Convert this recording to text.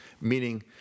meaning